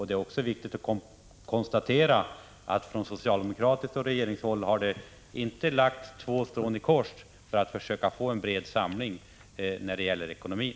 Det är också viktigt att konstatera att man från socialdemokratisk sida och regeringshåll inte har lagt två strån i kors för att försöka få en bred samling om ekonomin.